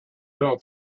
fell